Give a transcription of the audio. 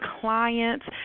clients